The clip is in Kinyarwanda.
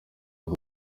ngo